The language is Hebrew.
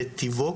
ואת טיבו.